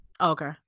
Okay